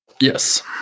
Yes